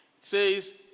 says